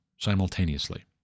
simultaneously